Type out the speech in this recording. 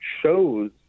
shows